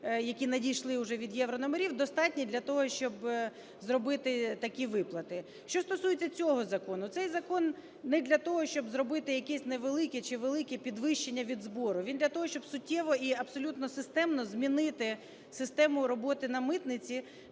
які надійшли вже від єврономерів, достатні для того, щоб зробити такі виплати. Що стосується цього закону. Цей закон не для того, щоб зробити якесь невелике чи велике підвищення від збору. Він для того, щоб суттєво і абсолютно системно змінити систему роботи на митниці